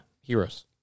Heroes